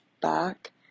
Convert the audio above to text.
back